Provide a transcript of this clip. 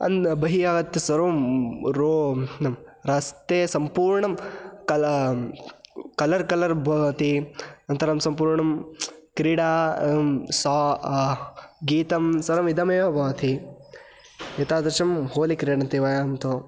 अन् बहिः आगत्य सर्वं रो नाम रस्ते सम्पूर्णं कल कलर् कलर् भवति अनन्तरं सम्पूर्णं क्रीडा सा गीतं सर्वम् इदमेव भवति एतादृशं होलि क्रीडन्ति वयं तु